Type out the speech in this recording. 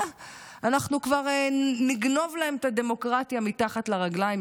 אנחנו כבר נגנוב להם את הדמוקרטיה מתחת לרגליים,